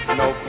no